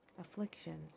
afflictions